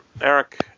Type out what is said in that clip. Eric